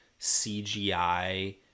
cgi